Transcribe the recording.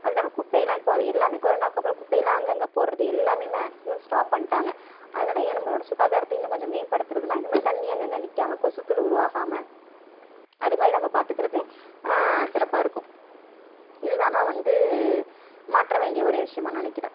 அதுவும் இல்லாமல் குப்பைலாம் இப்போ எல்லாமே கொரோனாக்கு அப்புறம் குப்பைலாம் அங்கங்கே போடுறது எல்லாமே மேக்சிமம் ஸ்டாப் பண்ணிட்டாங்க அதனால் ஏன் நம்பளோட சுகாதாரத்தை இன்னும் கொஞ்சம் மேம்படுத்துறதுன்னா இந்த மாரி தண்ணி அங்கங்கே நிற்காம கொசுக்கள் உருவாகாமல் அது மாரி நம்ம பார்த்துக்கறது சிறப்பாக இருக்கும் இதுதான் நான் வந்து மாற்ற வேண்டிய ஒரே விஷியமாக நினைக்கிறேன்